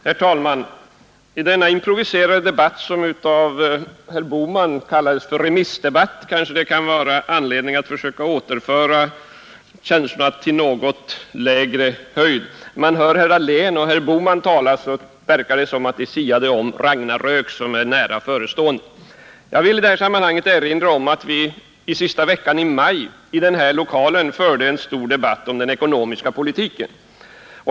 Herr talman! I denna improviserade debatt, som herr Bohman kallade för remissdebatt, kanske det kan vara anledning att återföra känslorna till en något lägre höjd. När man hör herrar Dahlén och Bohman tala, verkar det som om de siade om en nära förestående ragnarök. Jag vill i detta sammanhang erinra om att vi sista veckan i maj i denna lokal förde en stor debatt om den ekonomiska politiken.